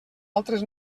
altres